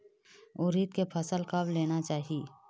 उरीद के फसल कब लेना चाही?